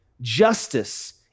Justice